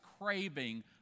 craving